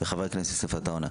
וחבר הכנסת יוסף עטאונה.